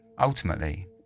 Ultimately